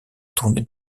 tournée